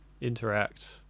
interact